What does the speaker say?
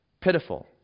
Pitiful